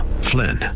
Flynn